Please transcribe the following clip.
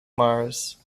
mars